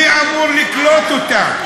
מי אמור לקלוט אותם?